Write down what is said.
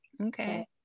okay